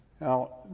Now